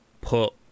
put